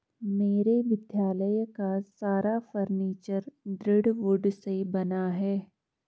मेरे विद्यालय का सारा फर्नीचर दृढ़ वुड से बना है